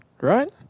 right